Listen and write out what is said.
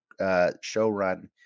showrun